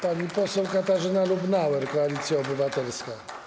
Pani poseł Katarzyna Lubnauer, Koalicja Obywatelska.